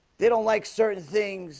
they don't like certain things